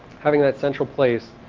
having that central place,